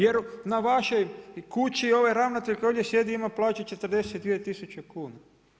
Jer na vašoj kući ovaj ravnatelj koji ovdje sjedi ima plaću 42 tisuće kuna.